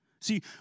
See